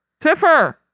Tiffer